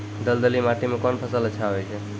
दलदली माटी म कोन फसल अच्छा होय छै?